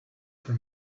for